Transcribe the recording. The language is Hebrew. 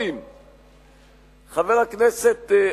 חבר הכנסת אלסאנע.